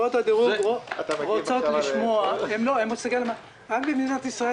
חברות הדירוג רוצות לשמוע רק במדינת ישראל